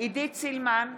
עידית סילמן,